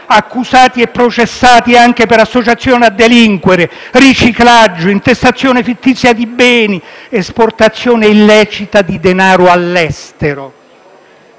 accusati e processati anche per associazione a delinquere, riciclaggio, intestazione fittizia di beni ed esportazione illecita di denaro all'estero.